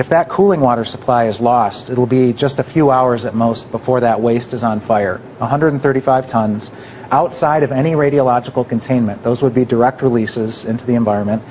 if that cooling water supply is lost it will be just a few hours at most before that waste is on fire one hundred thirty five tons outside of any radiological containment those would be direct releases into the environment